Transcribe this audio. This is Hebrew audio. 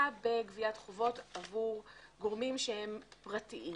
בגביית חובות עבור גורמים שהם פרטיים.